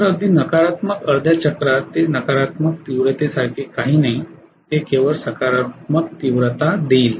तर अगदी नकारात्मक अर्ध्या चक्रात ते नकारात्मक तीव्रतेसारखे काहीही नाही ते केवळ सकारात्मक तीव्रता देईल